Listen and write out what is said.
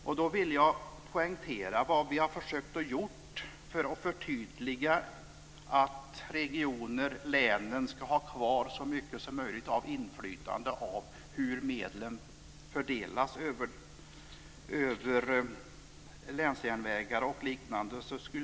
Jag vill då poängtera vad vi har försökt göra för att förtydliga att regionerna och länen ska ha kvar så mycket inflytande som möjligt över hur medlen fördelas över länsjärnvägar och liknande.